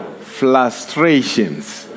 frustrations